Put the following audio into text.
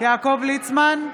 יעקב ליצמן,